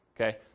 Okay